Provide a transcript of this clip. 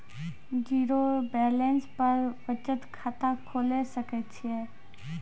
Zero balance पर बचत खाता खोले सकय छियै?